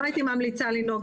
אני בהחלט